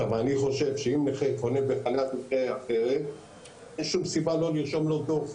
אני חושב שאם נכה חונה בחניית נכה אחרת אין שום סיבה לא לרשום לו דוח.